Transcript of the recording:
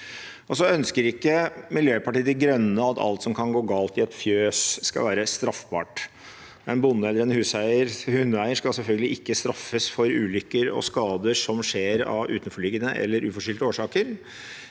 Så ønsker ikke Miljøpartiet De Grønne at alt som kan gå galt i et fjøs, skal være straffbart. En bonde eller en hundeeier skal selvfølgelig ikke straffes for ulykker og skader som skjer av utenforliggende eller uforskyldte årsaker.